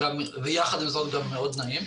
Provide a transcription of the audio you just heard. ויחד עם זאת גם מאוד נעים.